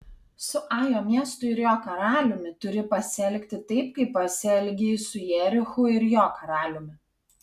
su ajo miestu ir jo karaliumi turi pasielgti taip kaip pasielgei su jerichu ir jo karaliumi